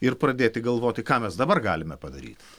ir pradėti galvoti ką mes dabar galime padaryt